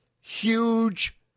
huge